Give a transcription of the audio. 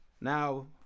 Now